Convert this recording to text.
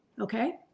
Okay